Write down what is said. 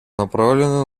направленную